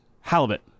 Halibut